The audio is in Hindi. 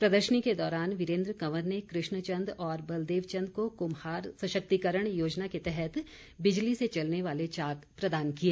प्रदर्शनी के दौरान वीरेन्द्र कंवर ने कृष्णचंद और बलदेव चंद को कुम्हार सशक्तिकरण योजना के तहत बिजली से चलने वाले चाक प्रदान किए